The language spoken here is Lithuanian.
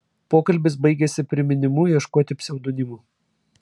pokalbis baigėsi priminimu ieškoti pseudonimų